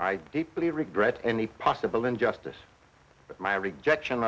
i deeply regret any possible injustice but my rejection